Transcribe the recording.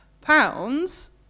pounds